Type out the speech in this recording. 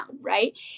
right